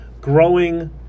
growing